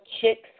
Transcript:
chicks